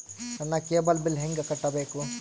ನನ್ನ cable bill ಹೆಂಗ ಕಟ್ಟಬೇಕು?